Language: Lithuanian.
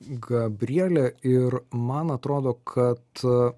gabrielė ir man atrodo kad